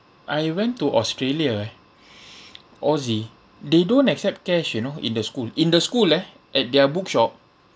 I went to australia eh aussie they don't accept cash you know in the school in the school eh at their bookshop